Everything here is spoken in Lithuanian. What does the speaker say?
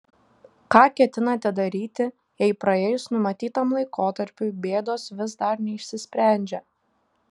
ką ketinate daryti jei praėjus numatytam laikotarpiui bėdos vis dar neišsisprendžia